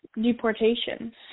deportations